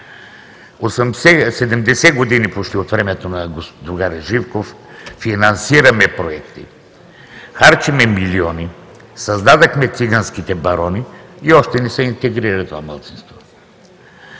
години почти, от времето на другаря Живков, финансираме проекти, харчим милиони, създадохме циганските барони и още не се интегрира това малцинство.